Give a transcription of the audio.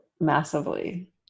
massively